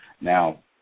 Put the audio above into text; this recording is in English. Now